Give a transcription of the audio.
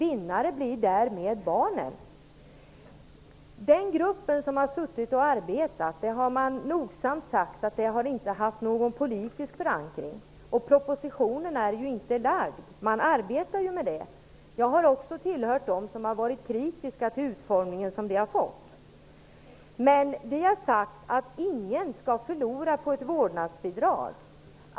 Vinnare blir därmed barnen. Den grupp som har arbetat med detta har nogsamt uttalat att det inte har funnits någon politisk förankring. Propositionen är ju inte framlagd. Man arbetar med den. Också jag har hört till dem som har varit kritisk mot den utformning som förslaget har fått. Men vi har sagt att ingen skall förlora på ett vårdnadsbidrag.